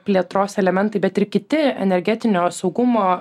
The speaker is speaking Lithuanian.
plėtros elementai bet ir kiti energetinio saugumo